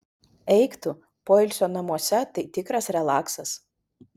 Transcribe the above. eik tu poilsio namuose tai tikras relaksas